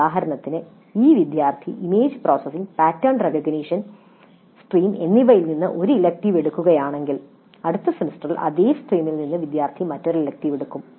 ഉദാഹരണത്തിന് ഈ വിദ്യാർത്ഥി image processing pattern recognition stream എന്നിവയിൽ നിന്ന് ഒരു ഇലക്ടീവ് എടുക്കുകയാണെങ്കിൽ അടുത്ത സെമസ്റ്ററിൽ അതേ സ്ട്രീമിൽ നിന്ന് വിദ്യാർത്ഥി മറ്റൊരു ഇലക്ടീവ്എടുക്കും